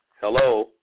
Hello